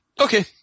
Okay